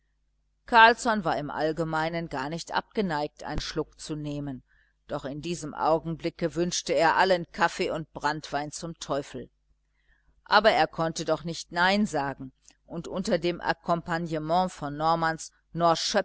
carlsson war im allgemeinen gar nicht abgeneigt einen schluck zu nehmen doch in diesem augenblicke wünschte er allen kaffee und branntwein zum teufel aber er konnte doch nicht nein sagen und unter dem akkompagnement von normans